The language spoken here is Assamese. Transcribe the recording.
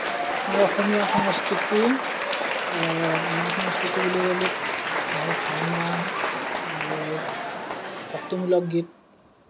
আৰু অসমীয়া সংস্কৃতিৰ মূল সংস্কৃতি বুলি ক'লে আহে ভাওনা ভক্তিমূলক গীত